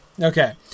Okay